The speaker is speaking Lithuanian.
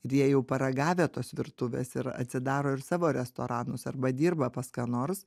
ir jie jau paragavę tos virtuvės ir atsidaro ir savo restoranus arba dirba pas ką nors